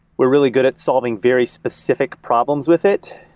we're really good at solving very specific problems with it,